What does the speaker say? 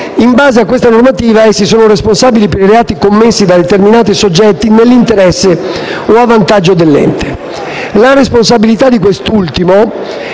In base a questa normativa, essi sono responsabili per i reati commessi da determinati soggetti nell'interesse o a vantaggio dell'ente.